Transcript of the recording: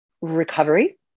recovery